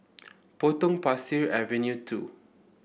Potong Pasir Avenue two